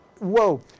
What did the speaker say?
whoa